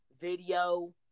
video